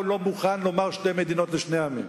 לא מוכן לומר שתי מדינות לשני עמים?